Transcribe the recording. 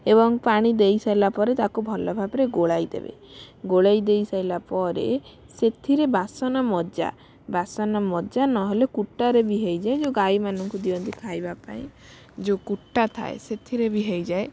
ଏବଂ ପାଣି ଦେଇସାରିଲା ପରେ ତାକୁ ଭଲ ଭାବରେ ଗୋଳାଇ ଦେବେ ଗୋଳାଇ ଦେଇ ସାରିଲା ପରେ ସେଥିରେ ବାସନ ମଜା ବାସନ ମଜା ନହେଲେ କୁଟାରେ ବି ହେଇଯାଏ ଯେଉଁ ଗାଈମାନଙ୍କୁ ଦିଅନ୍ତି ଖାଇବା ପାଇଁ ଯେଉଁ କୁଟା ଥାଏ ସେଥିରେ ବି ହେଇଯାଏ